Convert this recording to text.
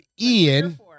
Ian